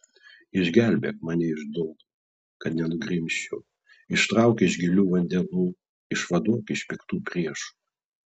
išgelbėk mane iš dumblo kad nenugrimzčiau ištrauk iš gilių vandenų išvaduok iš piktų priešų